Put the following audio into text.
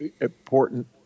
important